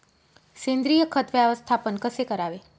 सेंद्रिय खत व्यवस्थापन कसे करावे?